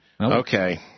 Okay